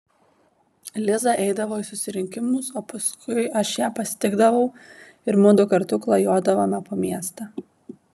liza eidavo į susirinkimus o paskui aš ją pasitikdavau ir mudu kartu klajodavome po miestą